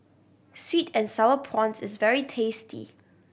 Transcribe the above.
sweet and Sour Prawns is very tasty